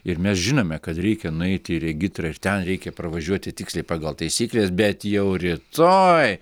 ir mes žinome kad reikia nueiti į regitrą ten reikia pravažiuoti tiksliai pagal taisykles bet jau rytoj